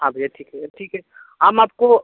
हाँ भैया ठीक है वो ठीक है हम आपको